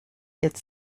its